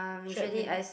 threadmill